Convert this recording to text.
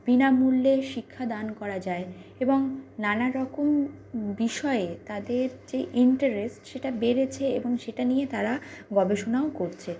বিনামূল্যে শিক্ষাদান করা যায় এবং নানা রকম বিষয়ে তাদের যে ইন্টারেস্ট সেটা বেড়েছে এবং সেটা নিয়ে তারা গবেষণাও করছে